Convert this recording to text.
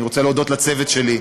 אני רוצה להודות לצוות שלי,